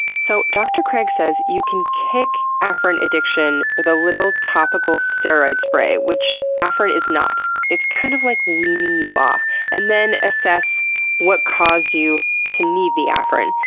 so dr. craig says you can kick afrin addiction with a little topical steroid spray, which afrin is not, kind of like weaning you off and then assess what caused you to need the afrin.